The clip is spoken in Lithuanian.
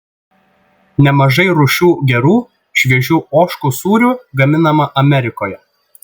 nemažai rūšių gerų šviežių ožkų sūrių gaminama amerikoje